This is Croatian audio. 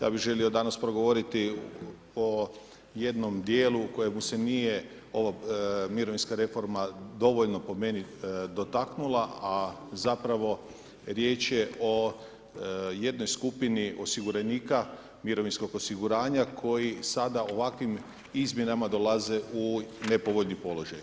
Ja bih želio danas progovoriti o jednomu dijelu u kojemu se nije mirovinska reforma dovoljno po meni dotaknula a zapravo riječ je o jednoj skupini osiguranika mirovinskog osiguranja koji sada ovakvim izmjenama dolaze u nepovoljni položaj.